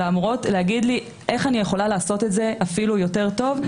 אלא אמורות להגיד לי איך אני יכולה לעשות את זה אפילו יותר טוב.